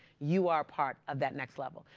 you are part of that next level.